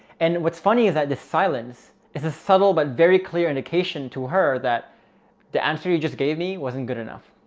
and what's funny is that the silence is a subtle but very clear indication to her that the answer you just gave me wasn't good enough,